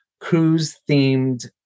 cruise-themed